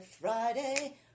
Friday